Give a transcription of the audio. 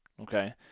Okay